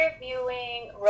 reviewing